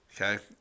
Okay